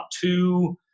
two